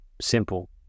simple